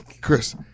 Chris